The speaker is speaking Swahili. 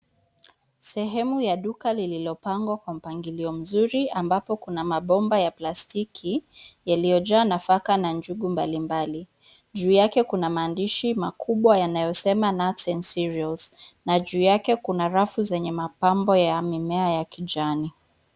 Sehemu ya duka lililopangwa kwa mpangilio mzuri ambapo kuna mabomba ya plastiki yaliyojaa nafaka na njugu mbalimbali. Juu yake kuna maandishi makubwa yanayosema Nuts and Cereals . Na juu yake kuna rafu zenye mapambo ya mimea ya kijani.